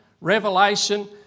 Revelation